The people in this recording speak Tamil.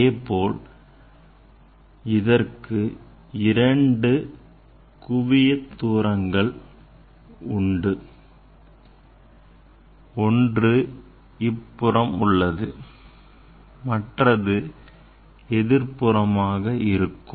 அதேபோல் இதற்கு இரண்டு குவிய தூரங்கள் உண்டு ஒன்று இப்புறமும் மற்றது எதிர்ப்புறமாக இருக்கும்